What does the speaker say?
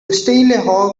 steal